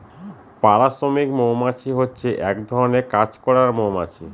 পাড়া শ্রমিক মৌমাছি হচ্ছে এক ধরনের কাজ করার মৌমাছি